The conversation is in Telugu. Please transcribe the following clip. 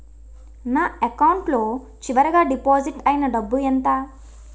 నా అకౌంట్ లో చివరిగా డిపాజిట్ ఐనా డబ్బు ఎంత?